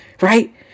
right